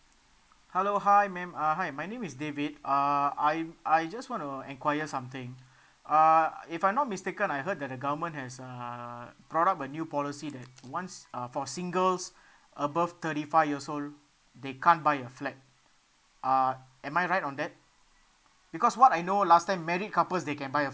hello hi ma'am uh hi my name is david uh I I just want to enquire something uh if I'm not mistaken I heard that the government has uh brought up a new policy that once uh for singles above thirty five years old they can't buy a flat uh am I right on that because what I know last time married couples they can buy a